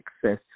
success